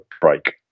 break